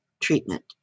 treatment